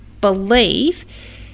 believe